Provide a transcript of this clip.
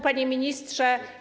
Panie Ministrze!